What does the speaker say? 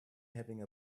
having